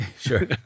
Sure